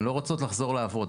הן לא רוצות לחזור לעבוד,